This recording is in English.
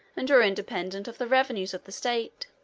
and were independent of the revenues of the state.